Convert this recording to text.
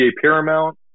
paramount